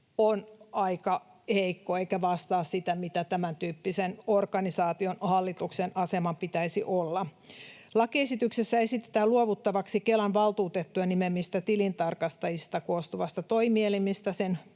on aika heikko eikä vastaa sitä, mitä tämäntyyppisen organisaation hallituksen aseman pitäisi olla. Lakiesityksessä esitetään luovuttavaksi Kelan valtuutettujen nimeämistä tilintarkastajista koostuvasta toimielimestä